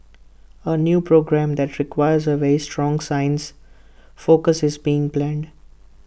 A new programme that requires A very strong science focus is being planned